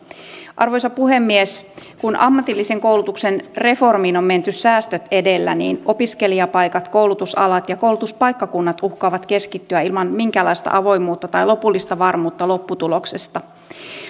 arvoisa puhemies kun ammatillisen koulutuksen reformiin on menty säästöt edellä niin opiskelijapaikat koulutusalat ja koulutuspaikkakunnat uhkaavat keskittyä ilman minkäänlaista avoimuutta tai lopullista varmuutta lopputuloksesta